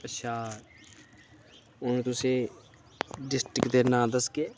अच्छा हून तुसेंई डिस्टिक दे नांऽ दसगे